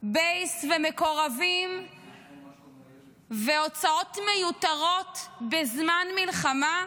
בייס ומקורבים והוצאות מיותרות בזמן מלחמה?